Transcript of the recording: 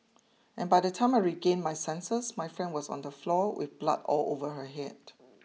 and by the time I regained my senses my friend was on the floor with blood all over her head